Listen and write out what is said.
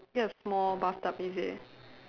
get a small bathtub is it